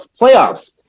playoffs